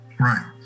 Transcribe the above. Right